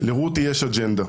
לרותי יש אג'נדה,